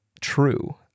true